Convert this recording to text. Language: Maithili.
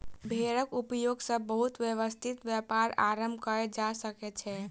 भेड़क उपयोग सॅ बहुत व्यवस्थित व्यापार आरम्भ कयल जा सकै छै